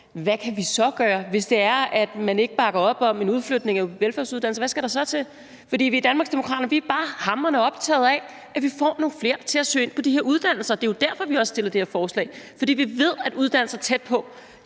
hvad vi så kan gøre. Hvis man ikke bakker op om en udflytning af velfærdsuddannelser, hvad skal der så til? I Danmarksdemokraterne er vi bare hamrende optaget af, at vi får nogle flere til at søge ind på de her uddannelser. Det er jo derfor, vi har fremsat det her forslag, altså fordi vi ved, at uddannelser tæt på